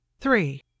Three